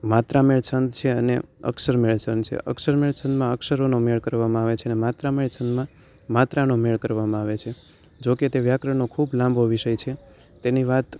માત્રામય છંદ છે અને અક્ષરમય છંદ છે અક્ષરમય છંદમાં અક્ષરોનો મેળ કરવામાં આવે છેને માત્રામય છંદમાં માત્રાનો મેળ કરવામાં આવે છે જો કે તે વ્યાકરણનો ખૂબ લાંબો વિષય છે તેની વાત